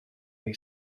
may